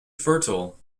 fertile